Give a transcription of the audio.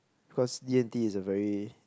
cause D-and-T is a very